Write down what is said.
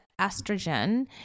estrogen